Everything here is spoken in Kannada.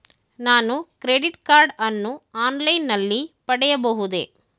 ನಾನು ಕ್ರೆಡಿಟ್ ಕಾರ್ಡ್ ಅನ್ನು ಆನ್ಲೈನ್ ನಲ್ಲಿ ಪಡೆಯಬಹುದೇ?